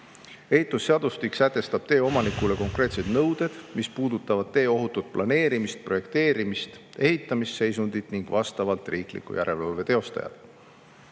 Ehitusseadustik sätestab tee omanikule konkreetsed nõuded, mis puudutavad tee ohutut planeerimist, projekteerimist, ehitamist, seisundit ning vastavat riikliku järelevalve teostajat.